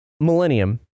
Millennium